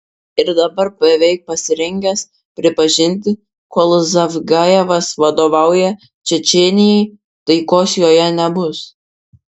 ir dabar beveik pasirengęs pripažinti kol zavgajevas vadovauja čečėnijai taikos joje nebus